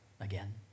again